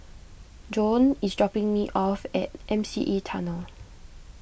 Joan is dropping me off at M C E Tunnel